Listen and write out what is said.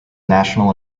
national